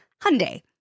Hyundai